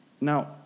Now